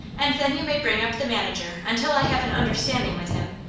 and then you may bring up the manager until i have an understanding with him,